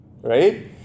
right